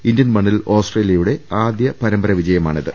Indian മണ്ണിൽ ഓസ്ട്രേലിയയുടെ ആദ്യ പരമ്പര വിജയമാണിത്